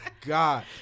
god